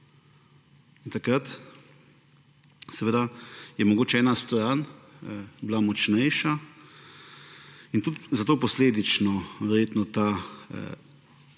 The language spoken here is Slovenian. takrat seveda je mogoče ena stran bila močnejša in tudi zato posledično verjetno ta